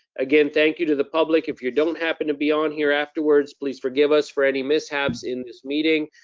again, thank you to the public. if you don't happen to be on here afterwards, please forgive us for any mishaps in this meeting.